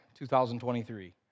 2023